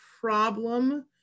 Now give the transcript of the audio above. problem